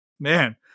Man